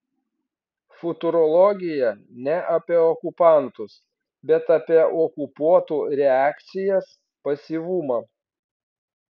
futurologija ne apie okupantus bet apie okupuotų reakcijas pasyvumą